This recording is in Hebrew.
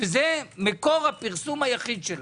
וזה מקור הפרסום היחיד שלהם.